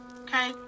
okay